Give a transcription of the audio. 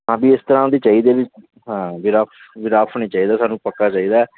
ਹਾਂ ਵੀ ਇਸ ਤਰ੍ਹਾਂ ਦੀ ਚਾਹੀਦੀ ਵੀ ਹਾਂ ਵੀ ਰਫ਼ ਵੀ ਰਫ਼ ਨਹੀਂ ਚਾਹੀਦਾ ਸਾਨੂੰ ਪੱਕਾ ਚਾਹੀਦਾ